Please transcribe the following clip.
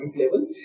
level